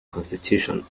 constitution